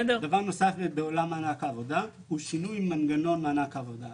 דבר נוסף בעולם מענק העבודה זה שינוי מנגנון מענק העבודה.